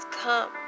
come